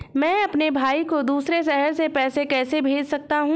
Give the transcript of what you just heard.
मैं अपने भाई को दूसरे शहर से पैसे कैसे भेज सकता हूँ?